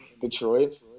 Detroit